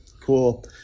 Cool